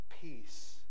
peace